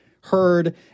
heard